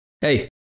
hey